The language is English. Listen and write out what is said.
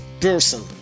person